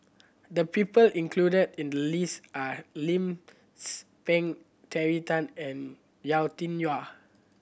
the people included in the list are Lim Tze Peng Terry Tan and Yau Tian Yau